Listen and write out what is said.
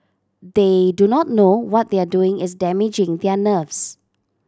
they do not know what they are doing is damaging their nerves